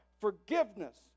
forgiveness